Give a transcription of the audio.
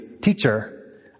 Teacher